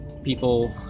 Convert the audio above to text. People